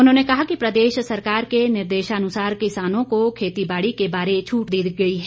उन्होंने कहा कि प्रदेश सरकार के निर्देशानुसार किसानों को खेती बाड़ी के बारे में छूट दी गई है